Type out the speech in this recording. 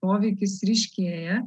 poveikis ryškėja